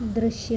ദൃശ്യം